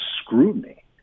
scrutiny